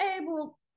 able